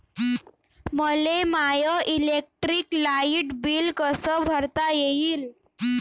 मले my electric light bill कस भरता येईल?